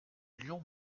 lion